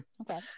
Okay